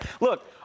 Look